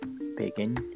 speaking